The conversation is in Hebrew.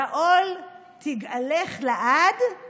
/ גאול תגאלך לעד /